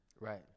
right